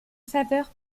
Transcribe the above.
faveur